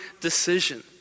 decision